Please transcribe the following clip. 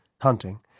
hunting